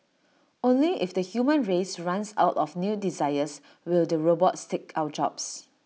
only if the human race runs out of new desires will the robots take our jobs